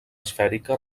esfèrica